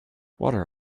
water